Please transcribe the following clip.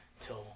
till